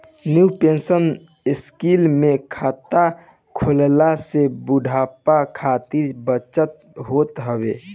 new pension scheme में खाता खोलला से बुढ़ापा खातिर बचत होत हवे